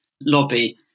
lobby